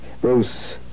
Bruce